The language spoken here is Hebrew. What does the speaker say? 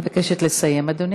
אני מבקשת לסיים, אדוני.